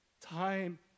time